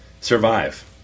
survive